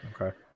Okay